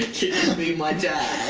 be my dad?